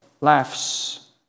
Laughs